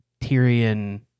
Tyrion